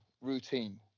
routine